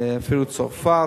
אפילו צרפת,